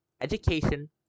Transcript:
Education